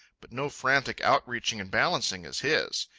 but no frantic outreaching and balancing is his.